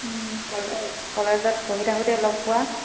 কলেজত পঢ়ি থাকোঁতে লগ পোৱা